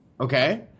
Okay